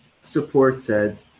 supported